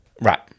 Right